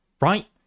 right